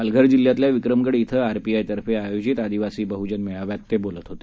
पालघर जिल्ह्यातल्या विक्रमगड श्वे R P I तर्फे आयोजित आदिवासी बहुजन मेळाव्यात ते बोलत होते